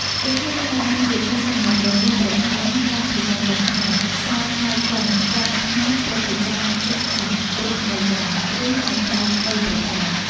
ដូច្នេះហើយបានជាគេសន្មតព្រះនាមព្រះអង្គតាមភាសាចិនថា សាមប៉ាវកុង ប្រែថា ព្រឹទ្ធាចារ្យចេះសង្គ្រោះបីយ៉ាង ឬអ្នកប្រាជ្ញបីប្រការ ។